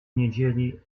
niedzieli